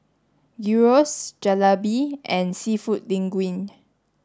Gyros Jalebi and Seafood Linguine